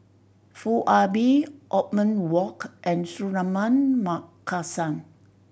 Foo Ah Bee Othman Wok and Suratman Markasan